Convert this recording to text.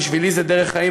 בשבילי זו דרך חיים.